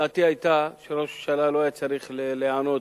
דעתי היתה שראש הממשלה לא היה צריך להיענות,